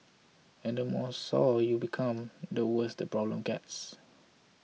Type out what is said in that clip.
and the more sour you become the worse the problem gets